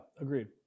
agreed